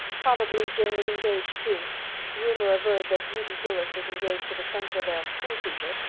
probably jane was engaged, too rumor averred that ruby gillis was engaged to the spencervale schoolteacher,